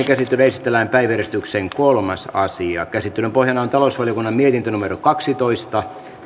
käsittelyyn esitellään päiväjärjestyksen kolmas asia käsittelyn pohjana on talousvaliokunnan mietintö kaksitoista